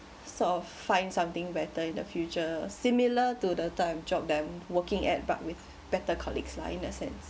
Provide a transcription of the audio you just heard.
sort of find something better in the future similar to the type of job that I'm working at but with better colleagues lah in that sense